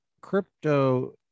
crypto